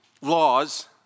laws